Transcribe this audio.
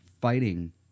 fighting